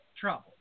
trouble